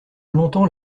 longtemps